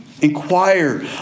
inquire